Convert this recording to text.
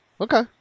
Okay